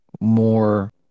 more